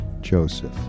Joseph